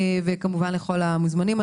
וכמובן לכל המוזמנים.